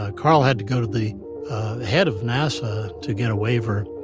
ah carl had to go to the head of nasa to get a waiver.